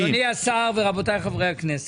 דקה דקה, אדוני השר ורבותי חברי הכנסת,